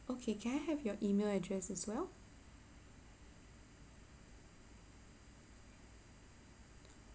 okay can I have your email address as well